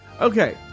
Okay